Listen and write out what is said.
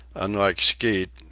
unlike skeet,